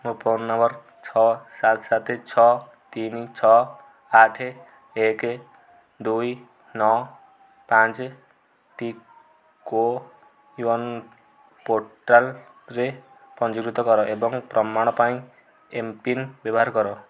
ମୋ phone number ଛଅ ସାତ ସାତ ଛଅ ତିନି ଛଅ ଆଠ ଏକ ଦୁଇ ନଅ ପାଞ୍ଚଟି କୋୱିନ୍ ପୋର୍ଟାଲରେ ପଞ୍ଜୀକୃତ କର ଏବଂ ପ୍ରମାଣ ପାଇଁ ଏମ୍ପିନ୍ ବ୍ୟବହାର କର